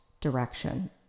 direction